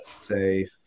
say